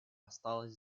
осталась